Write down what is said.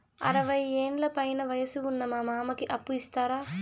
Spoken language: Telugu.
అరవయ్యేండ్ల పైన వయసు ఉన్న మా మామకి అప్పు ఇస్తారా